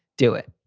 do it.